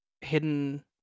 hidden